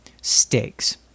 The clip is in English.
stakes